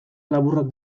laburrak